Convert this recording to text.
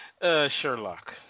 Sherlock